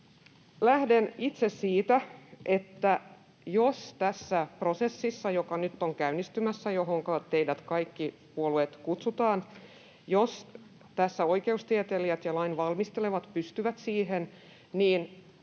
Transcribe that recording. Lähden itse siitä, että jos tässä prosessissa, joka nyt on käynnistymässä ja johonka teidät kaikki puolueet kutsutaan, pystytään, jos oikeustieteilijät ja lainvalmistelijat pystyvät, niin